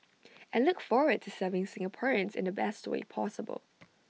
and look forward to serving Singaporeans in the best way possible